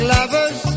Lovers